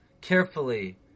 carefully